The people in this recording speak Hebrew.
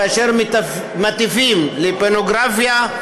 כאשר מטיפים לפורנוגרפיה,